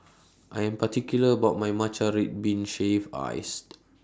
I Am particular about My Matcha Red Bean Shaved Iced